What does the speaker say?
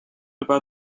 about